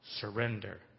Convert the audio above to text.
surrender